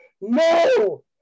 no